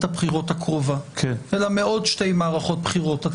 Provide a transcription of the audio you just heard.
הבחירות הקרובה אלא מעוד שתי מערכות בחירות?